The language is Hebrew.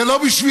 זה לא בשבילנו.